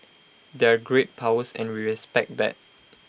they're great powers and we respect that